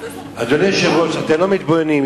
אדוני היושב-ראש, אתם לא מתבוננים.